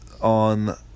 on